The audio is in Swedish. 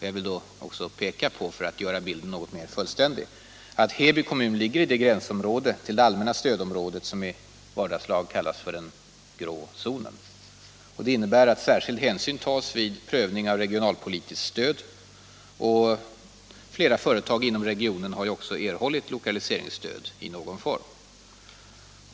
Jag vill då också peka på — för att göra bilden något mer fullständig — att Heby kommun ligger i det gränsområde till det allmänna stödområdet, som i vardagslag kallas den ”grå zonen”. Detta innebär att särskild hänsyn tas vid prövning av regionalpolitiskt stöd. Flera företag inom regionen har ju också erhållit lokaliseringsstöd i någon form.